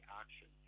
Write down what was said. action